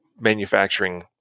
manufacturing